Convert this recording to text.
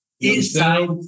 inside